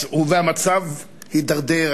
והמצב הידרדר,